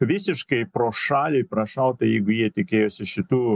visiškai pro šalį prašauta jeigu jie tikėjosi šitų